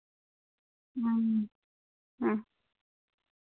ᱦᱩᱸ ᱦᱮᱸ